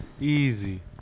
Easy